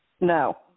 No